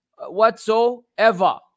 whatsoever